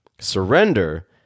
Surrender